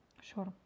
sure